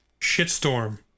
shitstorm